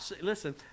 Listen